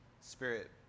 Spirit